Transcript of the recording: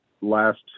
last